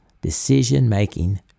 decision-making